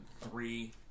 three